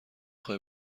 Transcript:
خوای